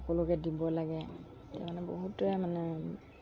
সকলোকে দিব লাগে তাৰ মানে বহুতেই মানে